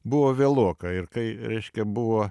buvo vėloka ir kai reiškia buvo